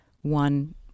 one